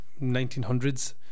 1900s